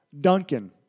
Duncan